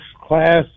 class